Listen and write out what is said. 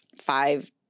five